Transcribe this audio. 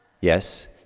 Yes